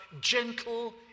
gentle